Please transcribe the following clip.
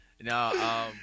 No